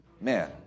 Man